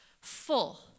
full